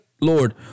Lord